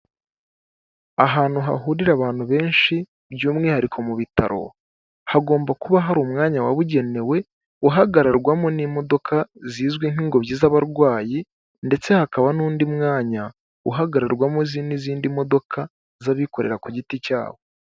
Ahantu hahurira abantu benshi by'umwihariko mu bitaro hagomba kuba hari umwanya wabugenewe guhagararwamo n'imodoka zizwi nk'ingobyi z'abarwayi ndetse hakaba n'undi mwanya uhagararirwamozi n'izindi modoka z'abikorera ku giti cyabo.